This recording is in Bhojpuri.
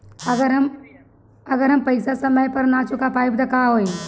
अगर हम पेईसा समय पर ना चुका पाईब त का होई?